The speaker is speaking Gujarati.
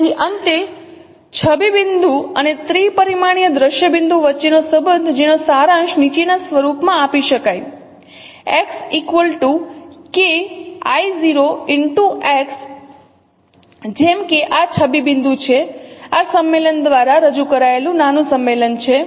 તેથી અંતે છબી બિંદુ અને ત્રિપરિમાણીય દ્રશ્ય બિંદુ વચ્ચેનો સંબંધ જેનો સારાંશ નીચેના સ્વરૂપમાં આપી શકાય x KI | 0X જેમ કે આ છબી બિંદુ છે આ સંમેલન દ્વારા રજૂ કરાયેલું નાનું સંમેલન છે